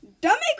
Dummy